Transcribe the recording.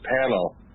panel